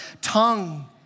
tongue